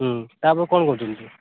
ତ ଆପଣ କଣ କହୁଛନ୍ତି